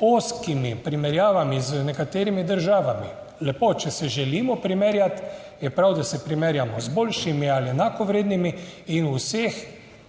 ozkimi primerjavami z nekaterimi državami. Lepo. Če se želimo primerjati, je prav, da se primerjamo z boljšimi ali enakovrednimi in v vseh